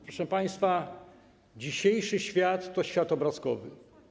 Proszę państwa, dzisiejszy świat to świat obrazkowy.